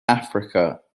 africa